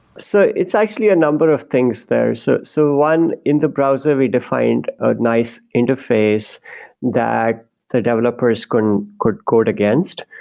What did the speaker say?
so it's actually a number of things there. so so one, in the browser, we defined a nice interface that the developers can code code against.